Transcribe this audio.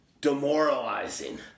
Demoralizing